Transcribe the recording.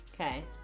Okay